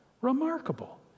remarkable